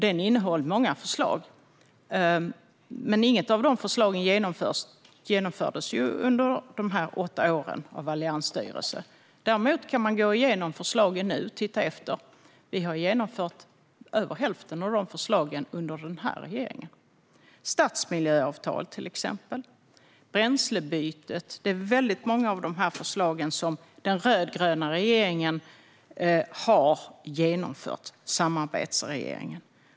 Den innehöll många förslag, men inget av de förslagen genomfördes under de åtta åren av alliansstyre. Däremot kan man gå igenom förslagen nu och se att vi har genomfört över hälften av förslagen under den här regeringen. Några exempel är stadsmiljöavtalen och bränslebytet. Det är väldigt många av de här förslagen som den rödgröna samarbetsregeringen har genomfört.